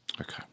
Okay